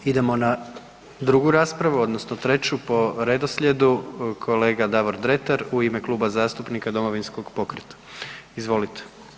Idemo na drugu raspravu odnosno treću po redoslijedu, kolega Davor Dretar u ime Kluba zastupnika Domovinskog pokreta, izvolite.